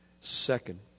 Second